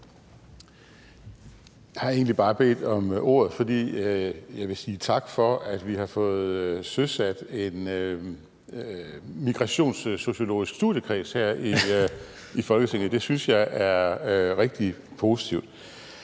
Jeg har egentlig bare bedt om ordet, fordi jeg vil sige tak for, at vi har fået søsat en migrationssociologisk studiekreds her i Folketinget. Det synes jeg er rigtig positivt.